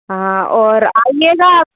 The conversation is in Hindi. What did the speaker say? हाँ और आइएगा आप